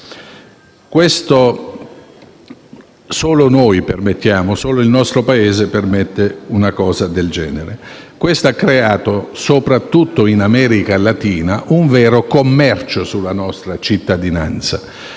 una cosa allucinante. Solo il nostro Paese permette una cosa del genere. Questo ha creato, soprattutto in America Latina, un vero commercio sulla nostra cittadinanza.